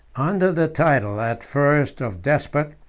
under the title, at first of despot,